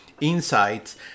insights